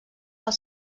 del